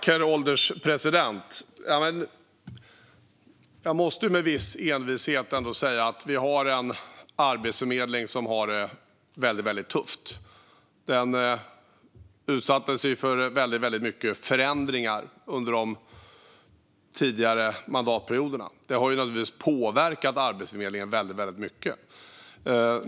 Herr ålderspresident! Jag måste med viss envishet säga att vi har en arbetsförmedling som har det väldigt tufft. Den utsattes för många förändringar under de tidigare mandatperioderna, och det har naturligtvis påverkat Arbetsförmedlingen mycket.